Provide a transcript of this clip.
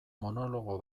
monologo